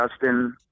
Justin